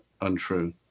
untrue